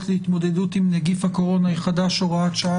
להתמודדות עם נגיף הקורונה החדש הוראת שעה,